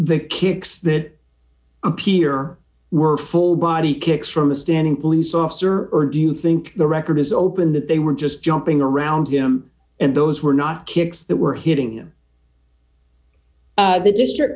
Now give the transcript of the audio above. the kids that appear were whole body kicks from a standing police officer or do you think the record is open that they were just jumping around him and those were not kicks that were hitting him the district